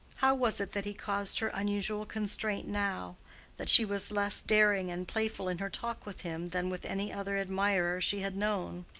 how was it that he caused her unusual constraint now that she was less daring and playful in her talk with him than with any other admirer she had known?